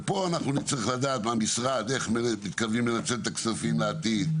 ופה אנחנו נצטרך לדעת מהמשרד איך מתכוונים לנצל את הכספים בעתיד.